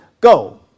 Go